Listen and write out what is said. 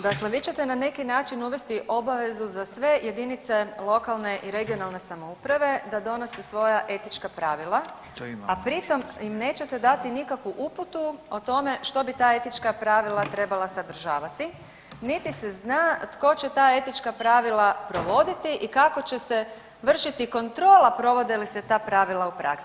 Dakle, vi ćete na neki način uvesti obavezu za sve jedinice lokalne i regionalne samouprave da donose svoja etička pravila, a pri tom im nećete dati nikakvu uputu o tome što bi ta etička pravila trebala sadržavati, niti se zna tko će ta etička pravila provoditi i kako će se vršiti kontrola provode li se ta pravila u praksi.